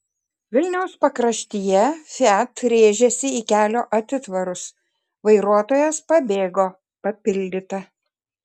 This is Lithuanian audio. vilniaus pakraštyje fiat rėžėsi į kelio atitvarus vairuotojas pabėgo papildyta